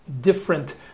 different